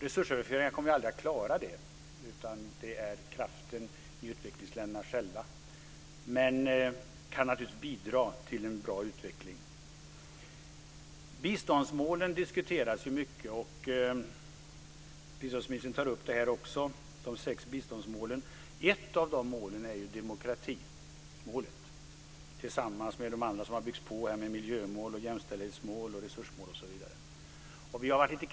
Resursöverföringar kommer aldrig att klara dessa mål, utan det är fråga om kraften i utvecklingsländerna själva. Men de kan naturligtvis bidra till en bra utveckling. Biståndsmålen diskuteras mycket. Biståndsministern tar upp de sex biståndsmålen. Ett av dessa mål är demokrati. Målen har sedan byggts på med miljö, jämställdhet, resurser osv.